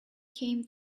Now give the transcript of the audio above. came